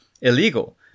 illegal